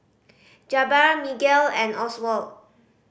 Jabbar Miguel and Oswald